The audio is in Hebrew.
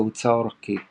תאוצה אורכית